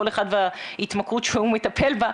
כל אחד וההתמכרות שהוא מטפל בה.